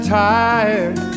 tired